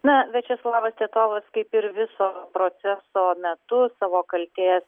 na viačeslavas titovas kaip ir viso proceso metu savo kaltės